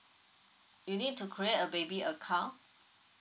you need to create a baby account